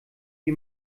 wie